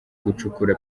gucukura